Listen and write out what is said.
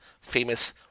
famous